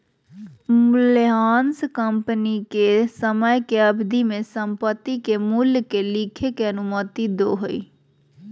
मूल्यह्रास कंपनी के समय के अवधि में संपत्ति के मूल्य के लिखे के अनुमति दो हइ